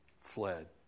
fled